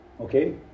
Okay